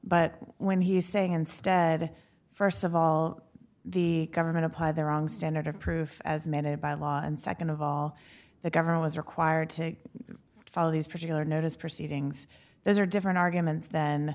but when he's saying instead first of all the government apply their own standard of proof as mandated by law and second of all the government is required to follow these particular notice proceedings those are different arguments th